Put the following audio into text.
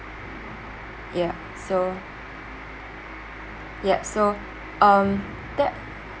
yup so yup so um that